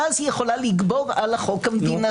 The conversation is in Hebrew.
אז היא יכולה לגבור על החוק המדינתי.